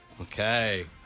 Okay